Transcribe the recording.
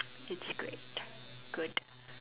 it's great good